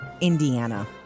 Indiana